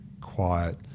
quiet